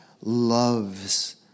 loves